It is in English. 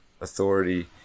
authority